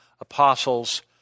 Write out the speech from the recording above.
apostles